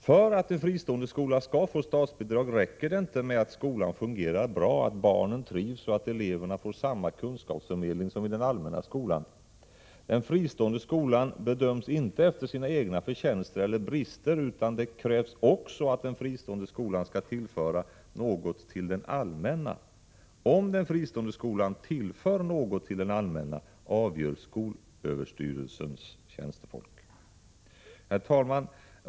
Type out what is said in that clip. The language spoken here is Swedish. För att en fristående skola skall få statsbidrag räcker det inte med att skolan fungerar bra, att barnen trivs och att eleverna får samma kunskapsförmedling som i den allmänna skolan. Den fristående skolan bedöms inte efter sina egna förtjänster eller brister, utan det krävs också att den fristående skolan skall tillföra något till den allmänna. Om den fristående skolan tillför något till den allmänna avgör skolöverstyrelsens tjänstefolk. Herr talman!